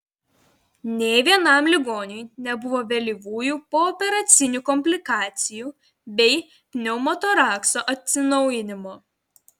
nė vienam ligoniui nebuvo vėlyvųjų pooperacinių komplikacijų bei pneumotorakso atsinaujinimo